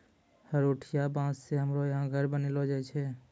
हरोठिया बाँस से हमरो यहा घर बनैलो जाय छै